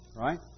right